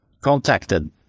contacted